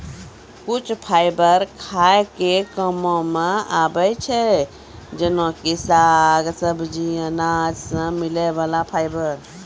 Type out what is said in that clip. कुछ फाइबर खाय के कामों मॅ आबै छै जेना कि साग, सब्जी, अनाज सॅ मिलै वाला फाइबर